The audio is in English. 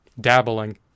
Dabbling